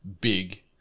big